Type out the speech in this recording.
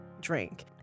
drink